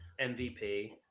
MVP